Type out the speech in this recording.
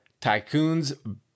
Tycoons